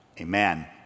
Amen